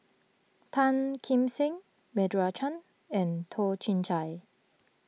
Tan Kim Seng Meira Chand and Toh Chin Chye